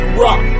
rock